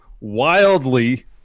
wildly